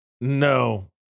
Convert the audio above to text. No